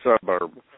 suburb